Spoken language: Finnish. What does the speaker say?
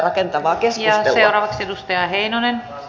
arvoisa rouva puhemies